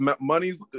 money's